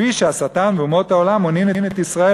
לפי שהשטן ואומות העולם מונין את ישראל